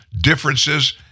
differences